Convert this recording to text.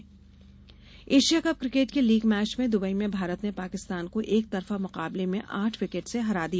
Asia cup Asia cup cricket के league match में Dubai में भारत ने पाकिस्तान को एकतरफा मुकाबले में आठ विकेट से हरा दिया